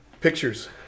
Pictures